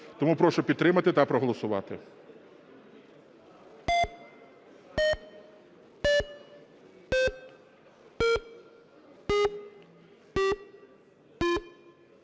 Тому прошу підтримати та проголосувати.